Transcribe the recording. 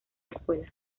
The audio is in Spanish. escuela